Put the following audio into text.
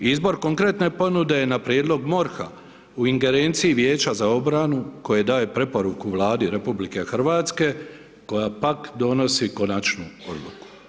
Izbor konkretne ponude je na prijedlog MORH-a u ingerenciji Vijeća za obranu koje daje preporuku Vladi RH koja pak donosi konačnu odluku.